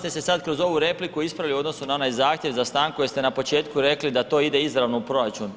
Malo ste se sad kroz ovu repliku ispravili u odnosu na onaj zahtjev za stanku jer ste na početku rekli da to ide izravno u proračun.